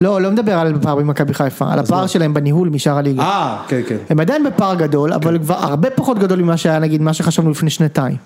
לא, לא מדבר על הפער במכבי חיפה, על הפער שלהם בניהול משאר הליגה. אה, כן כן. הם עדיין בפער גדול, אבל הוא כבר הרבה פחות גדול ממה שהיה נגיד מה שחשבנו לפני שנתיים.